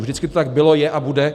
Vždycky to tak bylo, je a bude.